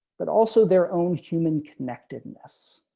but also their own human connectedness.